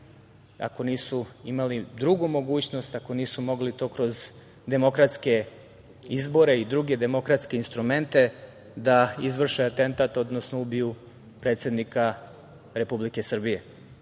ako nisu imali drugu mogućnost, ako nisu mogli to kroz demokratske izbore i druge demokratske instrumente, da izvrše atentat, odnosno ubiju predsednika Republike